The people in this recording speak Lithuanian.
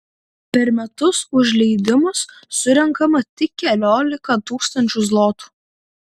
per metus už leidimus surenkama tik keliolika tūkstančių zlotų